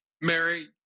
Mary